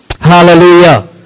Hallelujah